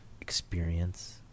experience